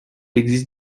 existe